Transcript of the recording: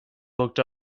looked